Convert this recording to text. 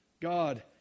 God